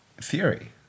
theory